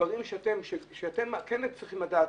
דברים שאתם כן צריכים לדעת,